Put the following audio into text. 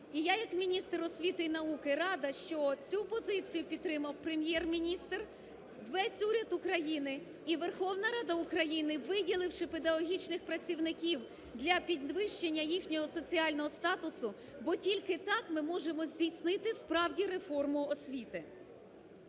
і я як міністр освіти і науки рада, що оцю позицію підтримав Прем'єр-міністр, весь уряд України і Верховна Рада України, виділивши педагогічних працівників для підвищення їхнього соціального статусу, бо тільки так ми можемо здійснити справді реформу освіти.